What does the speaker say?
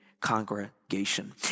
congregation